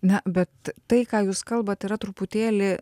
na bet tai ką jūs kalbat yra truputėlį